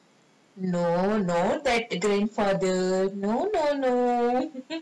no no that grandfather no no no